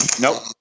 Nope